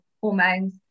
hormones